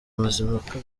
mazimpaka